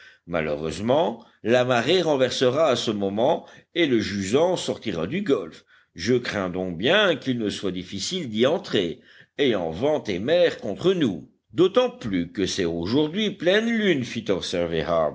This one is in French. malheureusement la marée renversera à ce moment et le jusant sortira du golfe je crains donc bien qu'il ne soit difficile d'y entrer ayant vent et mer contre nous d'autant plus que c'est aujourd'hui pleine lune